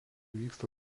vyksta